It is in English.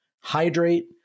Hydrate